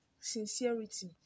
Sincerity